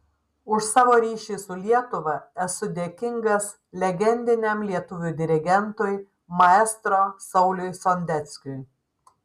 už savo ryšį su lietuva esu dėkingas legendiniam lietuvių dirigentui maestro sauliui sondeckiui